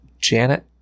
Janet